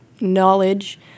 knowledge